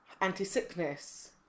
anti-sickness